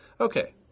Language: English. Okay